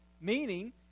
meaning